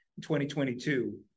2022